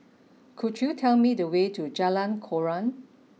could you tell me the way to Jalan Koran